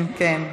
כן, כן.